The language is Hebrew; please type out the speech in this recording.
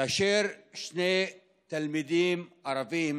כאשר שני תלמידים ערבים